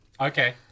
Okay